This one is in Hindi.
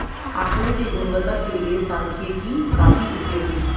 आकड़ों की गुणवत्ता के लिए सांख्यिकी काफी उपयोगी है